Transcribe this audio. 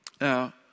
Now